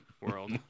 world